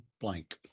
blank